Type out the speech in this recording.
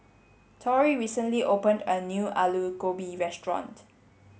Torrie recently opened a new Alu Gobi restaurant